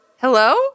Hello